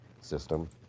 system